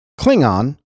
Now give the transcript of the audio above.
Klingon